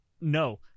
No